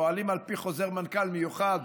פועלים על פי חוזר מנכ"ל מיוחד.